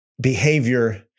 behavior